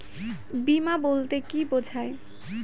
বিমা বলতে কি বোঝায়?